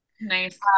Nice